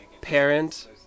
parent